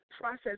process